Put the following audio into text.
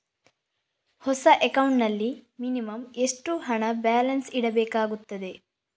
ಹೊಸ ಅಕೌಂಟ್ ನಲ್ಲಿ ಮಿನಿಮಂ ಎಷ್ಟು ಹಣ ಬ್ಯಾಲೆನ್ಸ್ ಇಡಬೇಕಾಗುತ್ತದೆ?